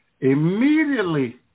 immediately